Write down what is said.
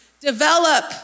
Develop